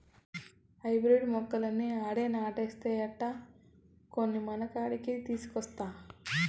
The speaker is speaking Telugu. హైబ్రిడ్ మొక్కలన్నీ ఆడే నాటేస్తే ఎట్టా, కొన్ని మనకాడికి తీసికొనొస్తా